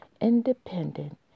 independent